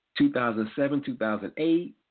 2007-2008